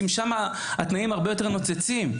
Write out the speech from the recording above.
שם התנאים הרבה יותר נוצצים.